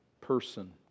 person